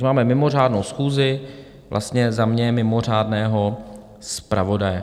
Takže máme mimořádnou schůzi, vlastně za mě mimořádného zpravodaje.